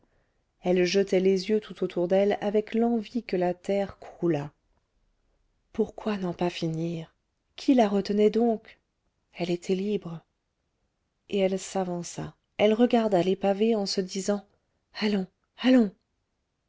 elle jetait les yeux tout autour d'elle avec l'envie que la terre croulât pourquoi n'en pas finir qui la retenait donc elle était libre et elle s'avança elle regarda les pavés en se disant allons allons